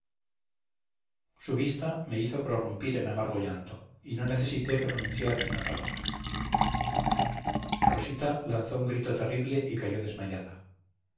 su vista me hizo prorrumpir en amargo llanto y no necesité pronunciar una palabra rosita lanzó un grito terrible y cayó desmayada